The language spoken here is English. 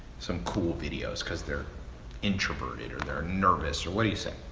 some cool videos, cause they're introverted or they're nervous, or what do you say?